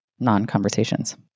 non-conversations